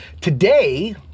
Today